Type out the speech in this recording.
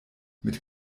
mit